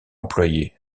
employé